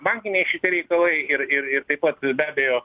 bankiniai šitie reikalai ir ir ir taip pat be abejo